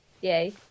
Yay